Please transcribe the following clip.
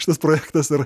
šitas projektas dar